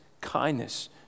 kindness